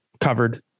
Covered